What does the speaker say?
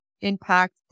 impact